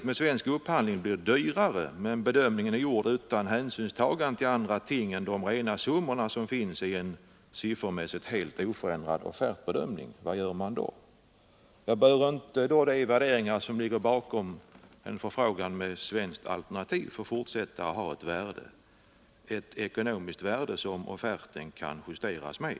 Om svensk upphandling blir dyrare men bedömningen är gjord utan hänsynstagande till annat än summorna i offerterna, vad gör man då? Bör inte då de värderingar som ligger bakom förfrågan om ett svenskt alternativ fortfarande ha ett värde, ett ekonomiskt värde som offerten kan justeras med?